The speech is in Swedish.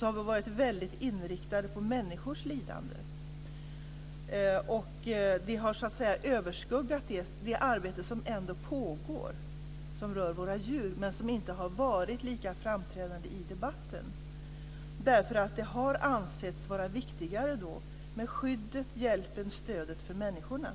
har vi varit väldigt inriktade på människors lidande. Det har så att säga överskuggat det arbete som ändå pågår och som rör våra djur men som inte har varit lika framträdande i debatten därför att det har ansetts vara viktigare med skyddet, hjälpen och stödet för människorna.